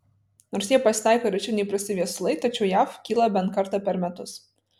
nors jie pasitaiko rečiau nei įprasti viesulai tačiau jav kyla bent kartą per metus